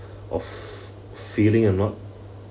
of failing or not